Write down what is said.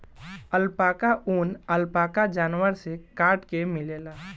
alpaca ऊन, alpaca जानवर से काट के मिलेला